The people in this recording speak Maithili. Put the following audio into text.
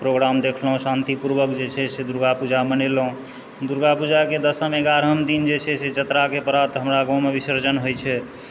प्रोग्राम देखलहुँ शांतिपूर्वक जे छै से दुर्गा पूजा मनेलहुँ दुर्गा पूजाके दशम एगारहम दिन जे छै से जतराके प्रात हमरा गाँवमे विसर्जन होइत छै